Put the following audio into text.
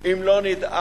אם לא נדאג